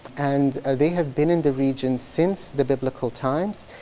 and they have been in the region since the biblical times.